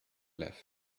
left